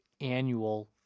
annual